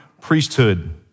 priesthood